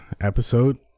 episode